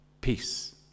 peace